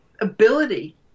ability